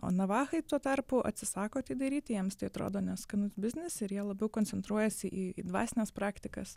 o navahai tuo tarpu atsisako tai daryti jiems tai atrodo neskanus biznis ir jie labiau koncentruojasi į dvasines praktikas